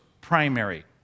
primary